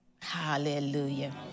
Hallelujah